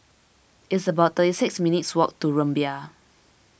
it's about thirty six minutes' walk to Rumbia